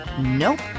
Nope